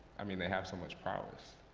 i mean, they have so much prowess.